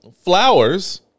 Flowers